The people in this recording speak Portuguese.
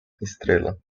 estrela